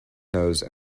nose